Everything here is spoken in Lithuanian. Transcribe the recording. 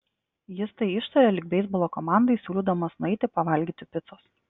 jis tai ištarė lyg beisbolo komandai siūlydamas nueiti pavalgyti picos